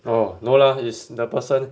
oh no lah is the person